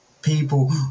people